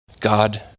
God